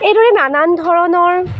এইদৰে নানান ধৰণৰ